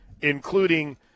including